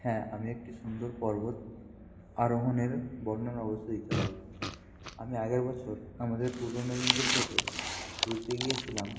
হ্যাঁ আমি একটি সুন্দর পর্বত আরোহণের বর্ণনা অবশ্যই দিতে পারি আমি আগের বছর আমাদের পূর্ব মেদিনীপুর থেকে ঘুরতে গিয়েছিলাম